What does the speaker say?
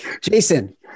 Jason